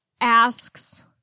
asks